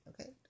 okay